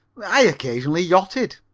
i occasionally yachted.